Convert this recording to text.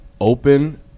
open